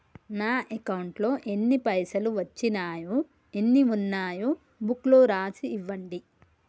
నా అకౌంట్లో ఎన్ని పైసలు వచ్చినాయో ఎన్ని ఉన్నాయో బుక్ లో రాసి ఇవ్వండి?